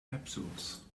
capsules